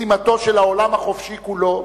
משימתו של העולם החופשי כולו,